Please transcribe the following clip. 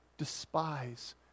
despise